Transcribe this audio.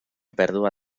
pèrdua